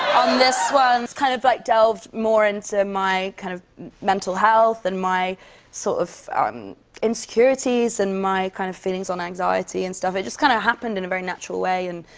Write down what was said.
on this one, it's kind of, like, delved more into my kind of mental health and my sort so of ah um insecurities and my kind of feelings on anxiety and stuff. it just kind of happened in a very natural way. and,